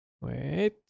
Wait